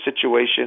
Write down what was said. situation